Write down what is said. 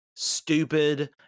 stupid